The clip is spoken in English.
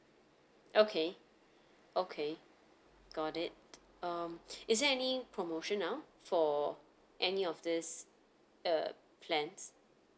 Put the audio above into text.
okay okay got it um is there any promotion now for any of these uh plans